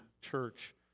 church